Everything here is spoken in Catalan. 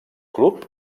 club